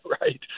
right